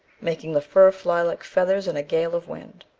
making the fur fly like feathers in a gale of wind.